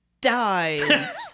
dies